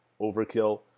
overkill